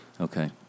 Okay